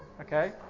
Okay